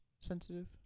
sensitive